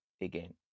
again